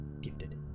gifted